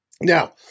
Now